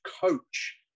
coach